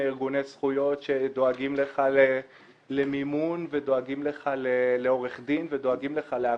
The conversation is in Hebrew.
ארגוני זכויות שדואגים לך למימון ולעורך דין ולכול.